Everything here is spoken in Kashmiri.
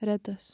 ریٚتَس